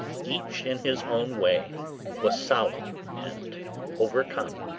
each in his own way was solemn and overcome.